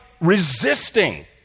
resisting